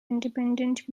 independent